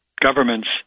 governments